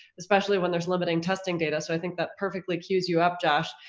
especially when there's limiting testing data. so i think that perfectly cues you up josh,